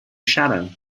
shadow